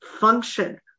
function